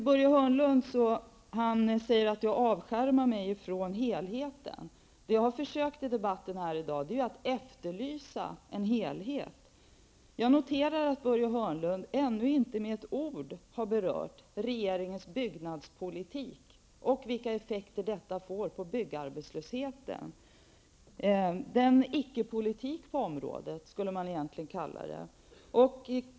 Börje Hörnlund säger att jag avskärmar mig från helheten. Det jag har försökt göra i debatten här i dag är att efterlysa en helhet. Jag noterar att Börje Hörnlund ännu inte med ett ord har berört regeringens byggnadspolitik och vilka effekter den får på byggarbetslösheten -- en icke-politik på området, borde man egentligen kalla den.